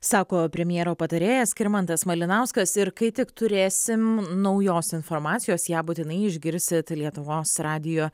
sako premjero patarėjas skirmantas malinauskas ir kai tik turėsim naujos informacijos ją būtinai išgirsit lietuvos radijo